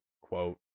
quote